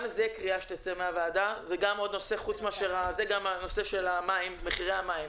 גם זו קריאה שתצא מן הוועדה, וגם נושא מחירי המים.